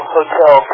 Hotel